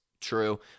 True